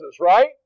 right